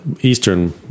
Eastern